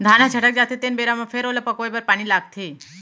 धान ह छटक जाथे तेन बेरा म फेर ओला पकोए बर पानी लागथे